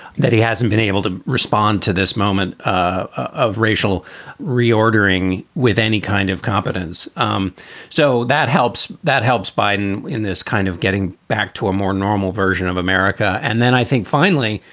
that he hasn't been able to respond to this moment ah of racial reordering with any kind of competence. um so that helps that helps biden in this kind of getting back to a more normal version of america. and then i think finally.